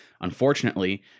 unfortunately